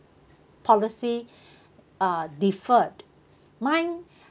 policy uh deferred mine